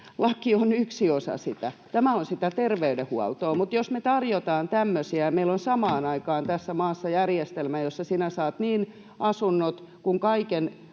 laki on yksi osa sitä, tämä on sitä terveydenhuoltoa, mutta jos me tarjoamme tämmöisiä, että meillä on samaan aikaan tässä maassa järjestelmä, jossa sinä saat asunnot ja kaiken